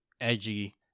edgy